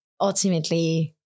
ultimately